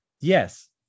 Yes